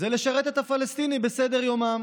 לשרת את הפלסטינים בסדר-יומם,